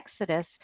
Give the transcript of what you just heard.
exodus